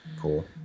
cool